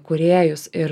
kūrėjus ir